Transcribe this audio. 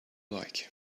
like